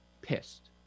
Pissed